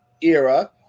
era